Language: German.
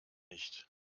nicht